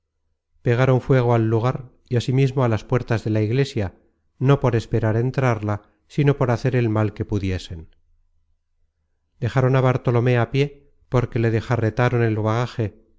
pegaron fuego al lugar y asimismo á las puertas de la iglesia no por esperar entrarla sino por hacer el mal que pudiesen dejaron á bartolomé á pié porque le dejarretaron el bagaje